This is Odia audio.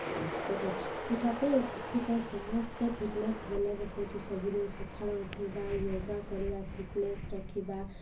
ପଦକ୍ଷେପ ସେଇଟା ପାଇଁ ସେଥିପାଇଁ ସମସ୍ତେ ଫିଟନେସ୍ ବନେଇବା ବହୁତ ସବୁଦିନ ସକାଳୁ ଉଠିବା ୟୋଗା କରିବା ଫିଟନେସ ରଖିବା